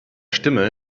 stimme